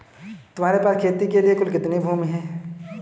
तुम्हारे पास खेती के लिए कुल कितनी भूमि है?